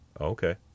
Okay